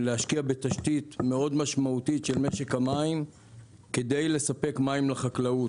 להשקיע בתשתית מאוד משמעותית של משק המים כדי לספק מים לחקלאות